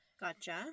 Gotcha